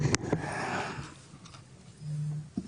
פגיעה מינית,